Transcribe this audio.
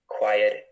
Quiet